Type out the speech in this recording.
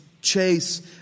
chase